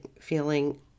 feeling